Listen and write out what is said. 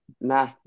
nah